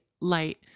light